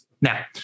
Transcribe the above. Now